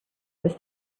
was